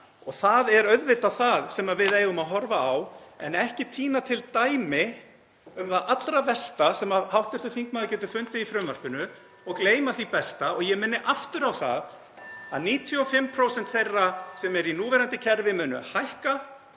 og það er auðvitað það sem við eigum að horfa á en ekki tína til dæmi um það allra versta sem hv. þingmaður getur fundið í frumvarpinu og gleyma því besta. (Forseti hringir.) Ég minni aftur á það að 95% þeirra sem eru í núverandi kerfi munu hækka